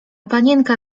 panienka